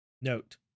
Note